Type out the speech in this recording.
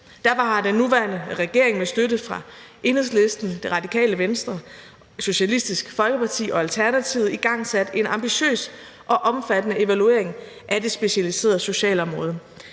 Derfor har den nuværende regering med støtte fra Enhedslisten, Radikale Venstre, Socialistisk Folkeparti og Alternativet igangsat en ambitiøs og omfattende evaluering af det specialiserede socialområde.